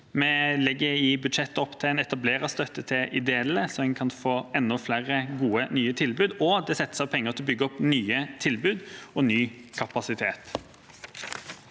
Vi legger i budsjettet opp til en etablererstøtte til ideelle så en kan få enda flere gode, nye tilbud, og det settes av penger til å bygge opp nye tilbud og ny kapasitet.